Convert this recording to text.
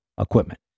equipment